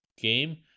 game